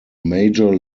major